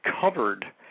covered